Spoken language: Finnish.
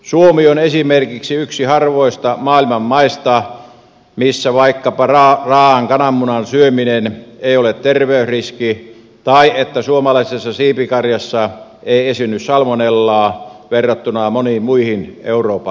suomi on esimerkiksi yksi harvoista maailman maista missä vaikkapa raaan kananmunan syöminen ei ole terveysriski ja suomalaisessa siipikarjassa ei esiinny salmonellaa verrattuna moniin muihin euroopan maihin